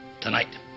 tonight